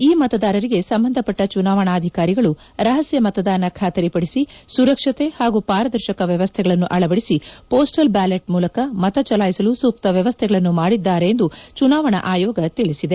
ಈ ಮತದಾರರಿಗೆ ಸಂಬಂಧಪಟ್ಟ ಚುನಾವಣಾಧಿಕಾರಿಗಳು ರಪಸ್ಯ ಮತದಾನ ಖಾತರಿಪಡಿಸಿ ಸುರಕ್ಷತೆ ಪಾಗೂ ಪಾರದರ್ಶಕ ವ್ಯವಸ್ಥೆಗಳನ್ನು ಅಳವಡಿಸಿ ಪೋಸ್ಟಲ್ ಬ್ಯಾಲೆಟ್ ಮೂಲಕ ಮತ ಚಲಾಯಿಸಲು ಸೂಕ್ತ ವ್ಯವಸ್ಥೆಗಳನ್ನು ಮಾಡಿದ್ದಾರೆ ಎಂದು ಚುನಾವಣಾ ಆಯೋಗ ತಿಳಿಸಿದೆ